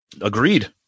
agreed